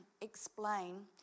explain